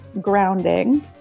grounding